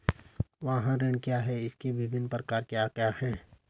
वाहन ऋण क्या है इसके विभिन्न प्रकार क्या क्या हैं?